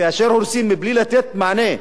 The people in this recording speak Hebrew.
כאשר הורסים מבלי לתת מענה,